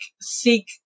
seek